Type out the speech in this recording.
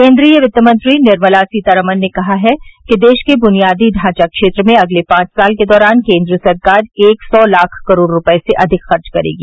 केन्द्रीय वित्तमंत्री निर्मला सीतारमण ने कहा है कि देश के बुनियादी ढांचा क्षेत्र में अगले पांच साल के दौरान केन्द्र सरकार एक सौ लाख करोड़ रुपए से अधिक खर्च करेगी